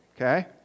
Okay